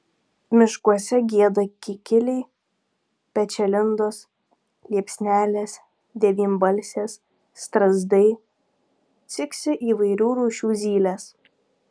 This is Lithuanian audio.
miškuose gieda kikiliai pečialindos liepsnelės devynbalsės strazdai ciksi įvairių rūšių zylės